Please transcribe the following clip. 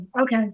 Okay